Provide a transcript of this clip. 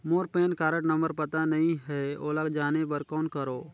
मोर PAN card number पता नहीं है, ओला जाने बर कौन करो?